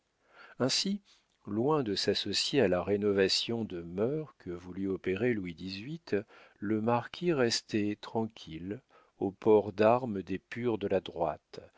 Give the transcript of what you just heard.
ainsi loin de s'associer à la rénovation de mœurs que voulut opérer louis xviii le marquis restait tranquille au port d'armes des purs de la droite